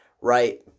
Right